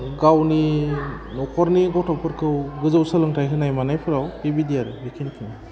गावनि नखरनि गथ'फोरखौ गजौ सोलोंथाय होनाय मानायफोराव बिबायदि आरो बे खिनखिम